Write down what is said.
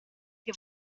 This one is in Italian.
che